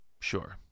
Sure